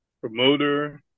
promoter